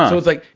so it's like,